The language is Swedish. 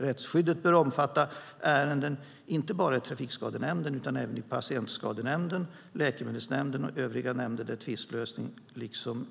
Rättsskyddet bör omfatta ärenden inte bara i Trafikskadenämnden utan även i Patientskadenämnden, Läkemedelsskadenämnden och övriga nämnder för tvistelösning liksom